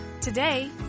Today